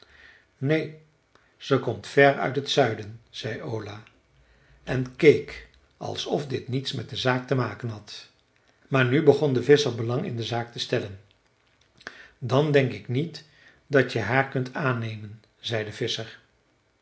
neen ze komt ver uit het zuiden zei ola en keek alsof dit niets met de zaak te maken had maar nu begon de visscher belang in de zaak te stellen dan denk ik niet dat je haar kunt aannemen zei de visscher